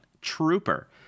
trooper